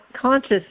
conscious